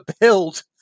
build